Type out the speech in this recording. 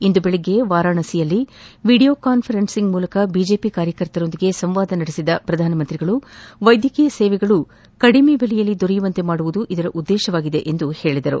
ಇಂದು ಬೆಳಗ್ಗೆ ವಾರಾಣಸಿಯಲ್ಲಿ video conference ಮೂಲಕ ಬಿಜೆಪಿ ಕಾರ್ಯಕರ್ತರೊಂದಿಗೆ ಸಂವಾದ ನಡೆಸಿದ ಅವರು ವೈದ್ವಕೀಯ ಸೇವೆಗಳು ಕಡಿಮೆ ದೆಲೆಯಲ್ಲಿ ದೊರೆಯುವಂತೆ ಮಾಡುವುದು ಉದ್ದೇಶವಾಗಿದೆ ಎಂದು ಹೇಳಿದರು